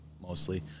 mostly